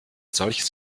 solches